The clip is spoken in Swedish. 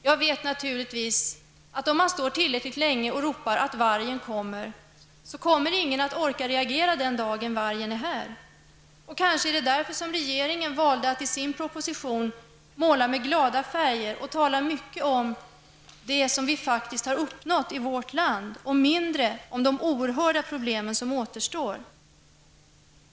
Jag vet naturligtvis att om man står tillräckligt länge och ropar att vargen kommer, orkar ingen reagera den dagen vargen är här. Kanske är det därför som regeringen valt att i sin proposition måla med glada färger och tala mycket om det som vi faktiskt har uppnått i vårt land och mindre om de oerhörda problem som återstår.